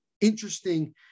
interesting